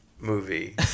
movie